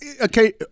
okay